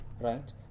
right